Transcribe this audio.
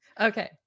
Okay